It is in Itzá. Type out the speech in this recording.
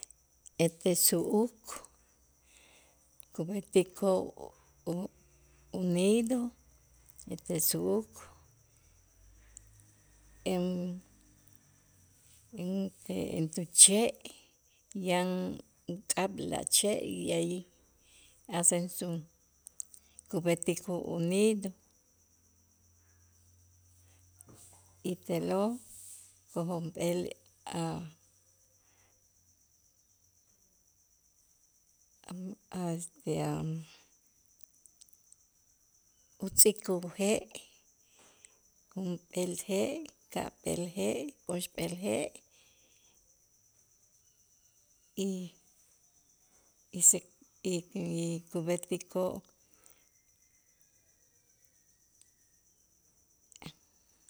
Ete su'uk kub'etiko' u- unido ete su'uk en ente en tu che' yan ink'ab' la che' y alli hacen su kub'etikoo' unido y te'lo' kojonp'eel a' a' este a' utz'ik uje' junp'eel je', ka'p'eel je', oxp'eel je' y se y y kub'etikoo'